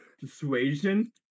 Persuasion